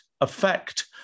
affect